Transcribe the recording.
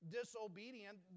disobedient